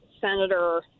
Senator